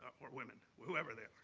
or women, whoever they are.